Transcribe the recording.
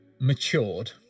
matured